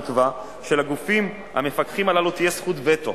נקבע שלגופים המפקחים הללו תהיה זכות וטו